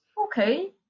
Okay